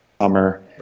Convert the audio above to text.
summer